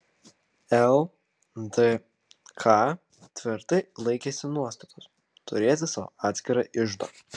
ldk tvirtai laikėsi nuostatos turėti savo atskirą iždą